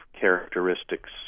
characteristics